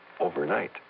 Overnight